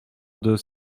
deux